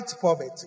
poverty